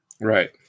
Right